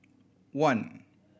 one